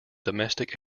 domestic